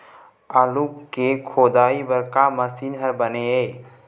आलू के खोदाई बर का मशीन हर बने ये?